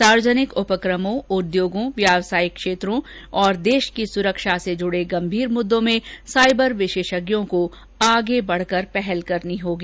सार्वजनिक उपक्रमों उद्योगों व्यावसायिक क्षेत्रों तथा देश की सुरक्षा से जुड़े गंभीर मुद्दों में साइबर विशेषज्ञों को आगे बढ़कर पहल करनी होगी